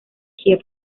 kiev